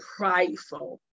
prideful